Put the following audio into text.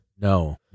No